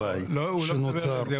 הוא לא מדבר על זה.